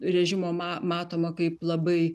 režimo ma matoma kaip labai